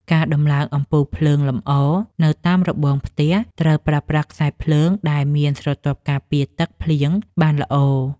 ការតម្លើងអំពូលភ្លើងលម្អនៅតាមរបងផ្ទះត្រូវប្រើប្រាស់ខ្សែភ្លើងដែលមានស្រទាប់ការពារទឹកភ្លៀងបានល្អ។